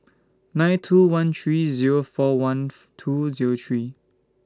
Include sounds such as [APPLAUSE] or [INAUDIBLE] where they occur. nine two one three Zero four one [UNINTELLIGIBLE] two Zero three